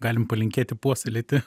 galim palinkėti puoselėti